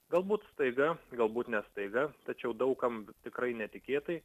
galbūt staiga galbūt ne staiga tačiau daug kam tikrai netikėtai